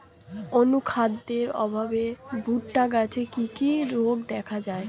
অনুখাদ্যের অভাবে ভুট্টা গাছে কি কি রোগ দেখা যায়?